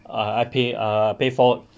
err I_P err pay four